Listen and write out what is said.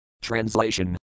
Translation